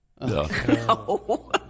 No